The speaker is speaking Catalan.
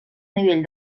nivell